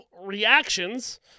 reactions